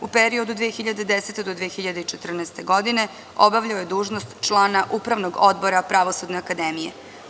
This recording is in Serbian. U periodu od 2010. do 2014. godine obavljao je dužnost člana upravnog odbora Pravosudne akademije.